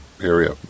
area